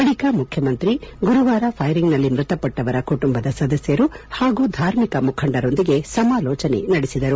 ಬಳಿಕ ಮುಖ್ಡಮಂತ್ರಿ ಗುರುವಾರ ಫೈರಿಂಗ್ನಲ್ಲಿ ಮೃತಪಟ್ಟವರ ಕುಟುಂಬದ ಸದಸ್ವರು ಹಾಗೂ ಧಾರ್ಮಿಕ ಮುಖಂಡರೊಂದಿಗೆ ಸಮಾಲೋಚನೆ ನಡೆಸಿದರು